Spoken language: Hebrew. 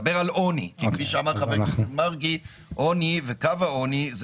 אני מדבר על עוני, לא על קו העוני.